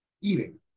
eating